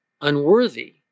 Unworthy